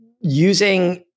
using